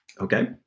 Okay